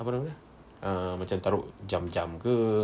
apa nama dia ah macam taruk jam jam ke